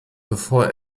bevor